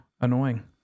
annoying